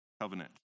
covenant